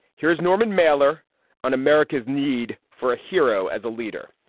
here's norman mailer on america's need for a hero as a leader.